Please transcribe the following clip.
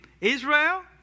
Israel